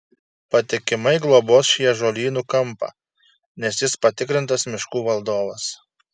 patikimai globos šį ąžuolynų kampą nes jis patikrintas miškų valdovas